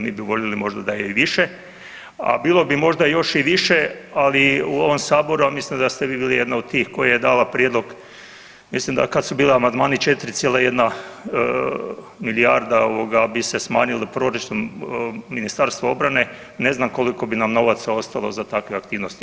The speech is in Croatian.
Mi bi voljeli možda da je i više, a bilo bi možda još i više, ali u ovom saboru ali mislim da ste vi bili jedna od tih koja je dala prijedlog, mislim da kad su bili amandmani 4,1 milijarda bi se smanjila proračun Ministarstva obrane ne znam koliko bi nam novaca ostalo za takve aktivnosti.